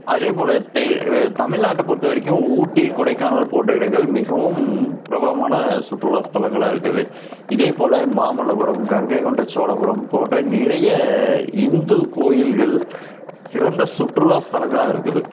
அதே போல் தே தமிழ்நாட்டை பொறுத்த வரைக்கும் ஊட்டி கொடைக்கானல் போன்ற இடங்கள் மிகவும் பிரபலமான சுற்றுலாஸ்தலங்களாக இருக்குது இதே போல் மாமல்லபுரம் கங்கை கொண்ட சோழபுரம் போன்ற நிறைய இந்து கோயில்கள் சிறந்த சுற்றுலாஸ்தலங்களாக இருக்குது